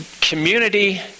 community